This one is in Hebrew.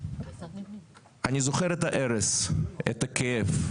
אני זוכר את ההרס, את הכאב.